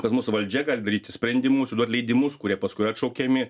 pas mus valdžia gali daryti sprendimus išduot leidimus kurie paskui atšaukiami